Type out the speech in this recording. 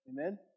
Amen